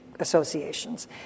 associations